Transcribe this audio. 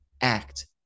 act